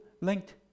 linked